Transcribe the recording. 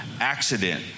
accident